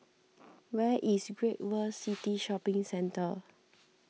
where is Great World City Shopping Centre